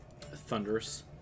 Thunderous